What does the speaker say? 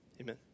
amen